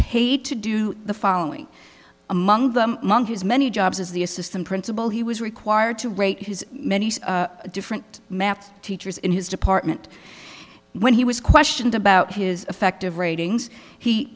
paid to do the following among them among his many jobs as the assistant principal he was required to rate his many different math teachers in his department when he was questioned about his effective ratings he